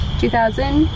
2000